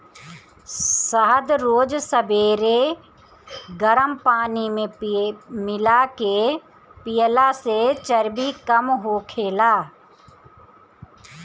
शहद रोज सबेरे गरम पानी में मिला के पियला से चर्बी कम होखेला